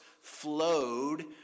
flowed